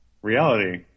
Reality